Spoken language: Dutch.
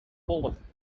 pollen